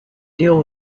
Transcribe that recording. deal